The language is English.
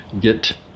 get